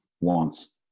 wants